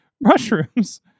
mushrooms